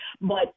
But-